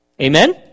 Amen